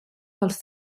dels